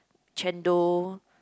chendol